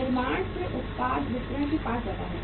निर्माता से उत्पाद वितरक के पास जाता है